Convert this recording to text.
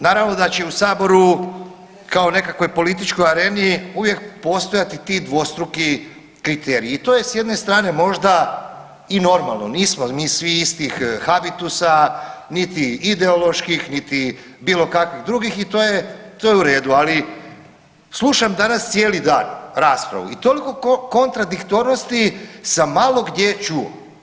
Naravno da će u saboru kao u nekakvoj političkoj areni uvijek postojati ti dvostruki kriteriji i to je s jedne strane možda i normalno, nismo mi svi istih habitusa, niti ideoloških niti bilo kakvih drugih i to je, to je u redu, ali slušam danas cijeli dan raspravu i toliko kontradiktornosti sam malo gdje čuo.